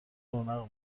رونق